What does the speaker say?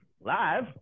live